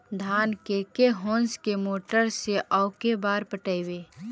धान के के होंस के मोटर से औ के बार पटइबै?